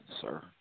sir